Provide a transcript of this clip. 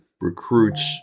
recruits